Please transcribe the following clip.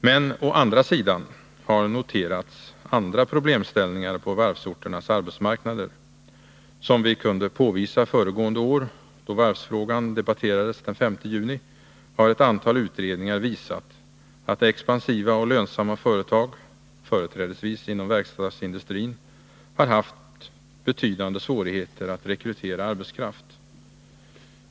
Men å andra sidan har noterats andra problemställningar på varvsorternas arbetsmarknader. Som vi kunde påvisa föregående år, då varvsfrågan debatterades den 5 juni, har ett antal utredningar visat att expansiva och lönsamma företag — företrädesvis inom verkstadsindustrin — har haft betydande svårigheter att rekrytera arbetskraft.